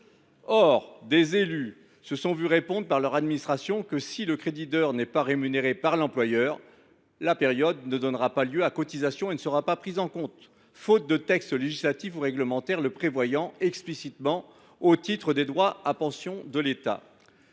Or des élus se sont vu répondre par leur administration que, si le crédit d’heures n’est pas rémunéré par l’employeur, la période concernée ne donnera pas lieu à cotisations et ne sera pas prise en compte, faute de texte législatif ou réglementaire le prévoyant explicitement au titre des droits à pension de l’État.